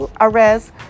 arrest